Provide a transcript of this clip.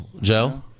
Joe